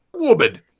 woman